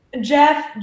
Jeff